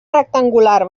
rectangular